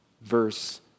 verse